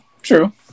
true